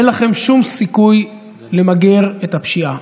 אין לכם שום סיכוי למגר את הפשיעה.